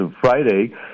Friday